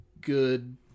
good